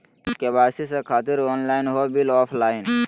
KYC से खातिर online हो बिल ऑफलाइन?